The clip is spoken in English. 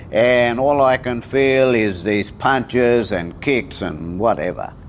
and all i can feel is these punches and kicks and whatever.